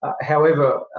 however,